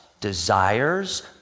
desires